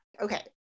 Okay